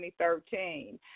2013